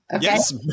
Yes